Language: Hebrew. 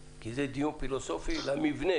כי זה דיון פילוסופי במבנה,